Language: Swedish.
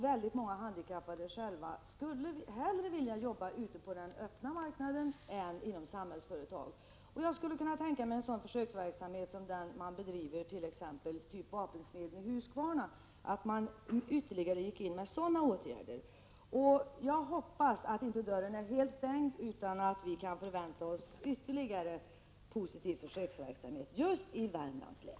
Väldigt många handikappade skulle hellre vilja arbeta på den öppna marknaden än inom Samhällsföretag. Jag skulle kunna tänka mig ytterligare åtgärder av den typ av försöksverksamhet som bedrivs vid t.ex. Vapensmeden i Huskvarna. Jag hoppas att dörren inte är helt stängd, utan att vi kan förvänta ytterligare positiv försöksverksamhet i just Värmlands län.